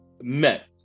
met